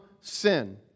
sin